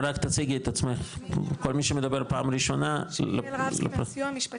יעל רבסקי מהסיוע המשפטי,